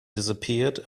disappeared